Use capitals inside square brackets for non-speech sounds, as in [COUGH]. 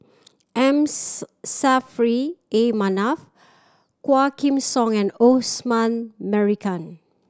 M [UNINTELLIGIBLE] Saffri A Manaf Quah Kim Song and Osman Merican